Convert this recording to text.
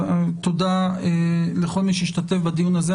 תודה לכל מי שהשתתף בדיון הזה,